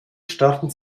starten